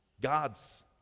God's